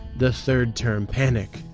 the third term panic.